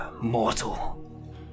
mortal